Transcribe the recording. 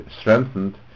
strengthened